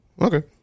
okay